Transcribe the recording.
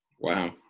Wow